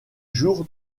jour